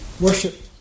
worship